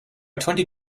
twenty